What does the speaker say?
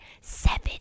seven